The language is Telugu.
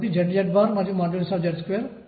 కాబట్టి nh ఇక్కడ n ఒక పూర్ణాంకం